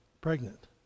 pregnant